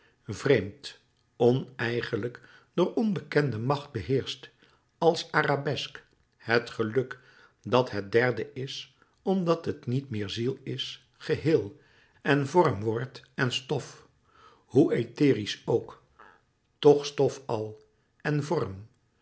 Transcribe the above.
vreemd oneigenlijk door onbekende macht beheerscht als arabesk het geluk dat het derde is omdat het niet meer ziel is gehéel en vorm wordt en stof hoe etherisch ook toch stof al en vorm